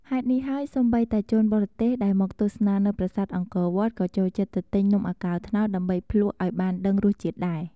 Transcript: ហេតុនេះហើយ សូម្បីតែជនបរទេសដែលមកទស្សនានៅប្រាសាទអង្គរវត្ត ក៏ចូលចិត្តទៅទិញនំអាកោត្នោត ដើម្បីភ្លក្សឱ្យបានដឹងរសជាតិដែរ។